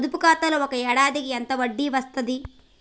పొదుపు ఖాతాలో ఒక ఏడాదికి ఎంత వడ్డీ వస్తది?